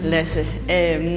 Lasse